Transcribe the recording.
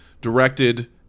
directed